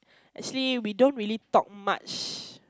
actually we don't really talk much